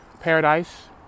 Paradise